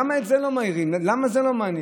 למה את זה לא מאירים, למה זה לא מעניין?